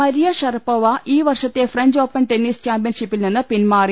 Maria Sharapova ഈ വർഷത്തെ French Open tennis ചാമ്പൃൻഷിപ്പിൽ നിന്ന് പിന്മാറി